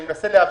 אני מנסה להבין,